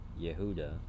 Yehuda